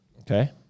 Okay